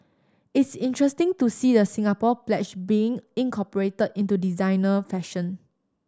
it's interesting to see the Singapore Pledge being incorporated into designer fashion